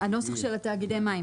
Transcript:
הנוסח של תאגידי המים.